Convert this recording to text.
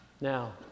Now